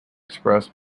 express